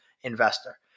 investor